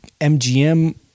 MGM